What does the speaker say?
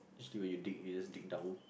cause when you dig you just dig down